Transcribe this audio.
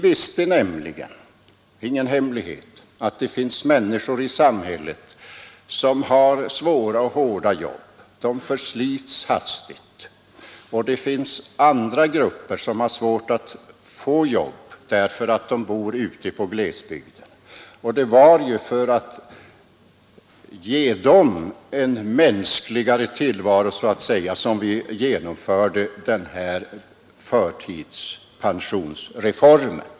Det är ingen hemlighet att det finns människor i samhället som har svåra och hårda jobb, där de förslits hastigt. Det finns andra grupper som har svårt att få jobb därför att de bor i glesbygder. Det var för att ge dem en mänskligare tillvaro som vi genomförde förtidspensionsreformen.